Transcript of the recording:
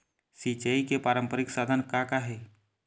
सिचाई के पारंपरिक साधन का का हे?